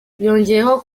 yongeyeho